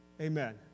Amen